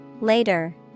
Later